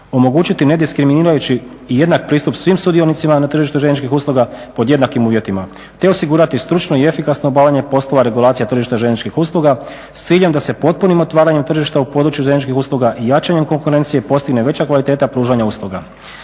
Omogućiti nediskriminirajući i jednak pristup svim sudionicima na tržištu željezničkih usluga pod jednakim uvjetima te osigurati stručno i efikasno obavljanje poslova regulacije tržišta željezničkih usluga s ciljem da se potpunim otvaranjem tržišta u području željezničkih usluga i jačanjem konkurencije postigne veća kvaliteta pružanja usluga.